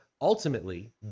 ultimately